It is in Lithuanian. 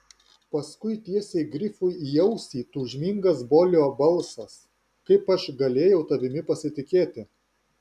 paskui tiesiai grifui į ausį tūžmingas bolio balsas kaip aš galėjau tavimi pasitikėti